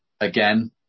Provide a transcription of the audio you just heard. Again